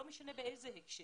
לא משנה באיזה הקשר,